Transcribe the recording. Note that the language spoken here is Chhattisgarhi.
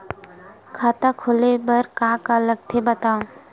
खाता खोले बार का का लगथे बतावव?